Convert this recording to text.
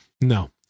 No